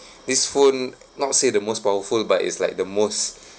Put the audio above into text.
this phone not say the most powerful but it's like the most